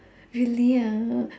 really ah